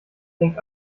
denkt